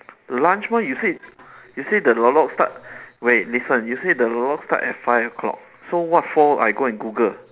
lunch one you said you say the lok-lok start wait listen you said the lok-lok start at five o-clock so what for I go and google